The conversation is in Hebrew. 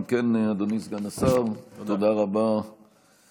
אם כן, אדוני סגן השר, תודה רבה לך.